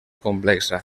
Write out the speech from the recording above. complexa